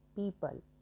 people